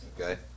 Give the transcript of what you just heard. okay